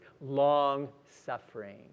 long-suffering